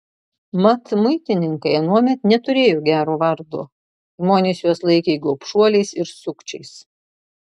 mat muitininkai anuomet neturėjo gero vardo žmonės juos laikė gobšuoliais ir sukčiais